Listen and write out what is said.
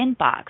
inbox